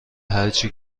هرچی